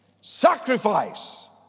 Sacrifice